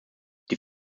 die